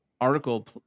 article